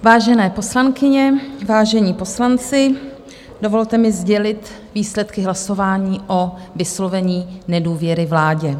Vážené poslankyně, vážení poslanci, dovolte mi sdělit výsledky hlasování o vyslovení nedůvěry vládě.